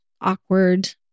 awkward